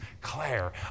Claire